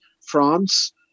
France